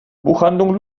buchhandlung